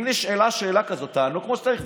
אם נשאלה שאלה כזאת, תענו כמו שצריך.